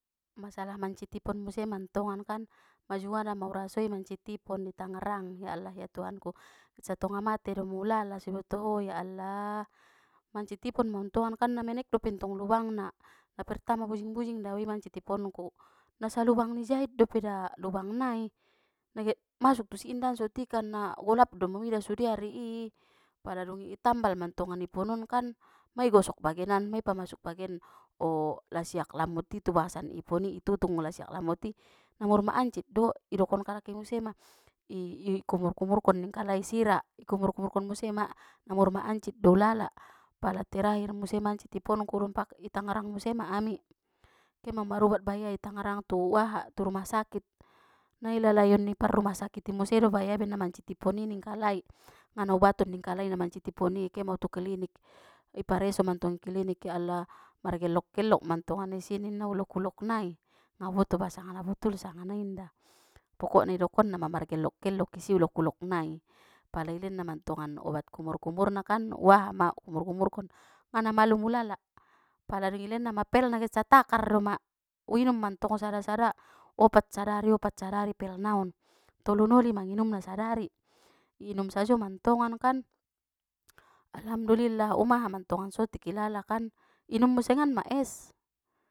Masalah mancit ipon mantongan kan ma jungada ma u rasoi mancit ipon i tangerang ya allah ya tuhanku satonga mate doma ulala so iboto ho ya allah mancit ipon ma au ntongan kan na manek dope ntong lubangna na pertama bujing-bujing dau i na mancit iponku na salubang ni jait dope da lubang nai na get masuk tu si indahan sotikan na golap doma uida ari i pala dungi itambal mantongan ipon on kan ma gosok bagenan ma i pamasuk bagen o lasiak lamot i tubagasan ipon i itutung lasiak lamot i na mur ma ancit do idokon kalak i muse ma i kumur-kumur kon ning kalai sira ikumur-kumurkon muse ma na mor ma ancit do ulala pala terahir muse mancit iponku dompak i tangerang muse ma ami ke ma au marubat baya i tangerang tu aha tu rumah sakit na i lalaion ni par rumah sakiti do baya ibaen na mancit ipon ning kalai ngana ubaton ning kalai na mancit ipon i ke ma au tu klinik i pareso mantong i klinik ya allah margellok-gellok mantonganan isi ninna ulok-ulok nai nga u boto ba sanga na botul sanga na inda pokokna i dokonna mar gellok-gellok i si ulok-ulok nai pala i lenna mantongan obat kumur-kumur na kan u aha ma u kumur-kumurkon ngana malum ulala pala dung ilen na ma pel na get satakar doma uinum mantong sada-sada opat sadari opat sadari pel na on tolu noli manginumna sadari i inum sajo mantongan kan, alhamdulillah um aha mantongan sotik ilala kan inum musengan ma es.